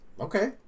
Okay